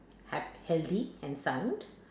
hea~ healthy and sound